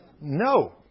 No